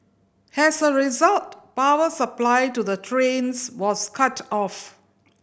as a result power supply to the trains was cut off